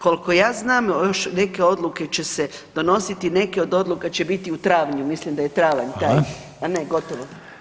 Koliko ja znam još neke odluke će se donositi, neke od odluka će biti u travnju, mislim da je travanj taj [[Upadica Reiner: Hvala.]] A ne gotovo.